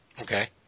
Okay